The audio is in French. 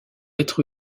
être